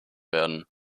werden